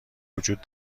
وجود